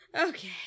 Okay